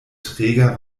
träger